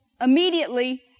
immediately